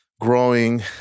growing